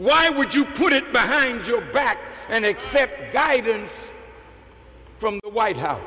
why would you put it behind your back and accept guidance from white house